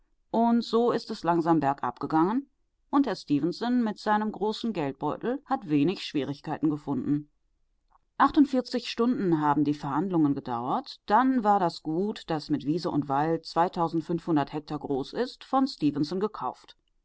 und so ist es langsam bergab gegangen und herr stefenson mit seinem großen geldbeutel hat wenig schwierigkeiten gefunden achtundvierzig stunden haben die verhandlungen gedauert dann war das gut das mit wiese und weil he groß ist von stefenson gekauft